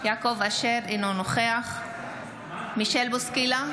אשר, אינו נוכח מישל בוסקילה,